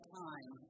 time